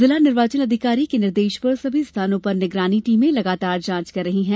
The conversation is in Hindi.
जिला निर्वाचन अधिकारी के निर्देश पर सभी स्थानों पर निगरानी टीमें लगातार जांच कर रही हैं